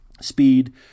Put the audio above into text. speed